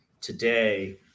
today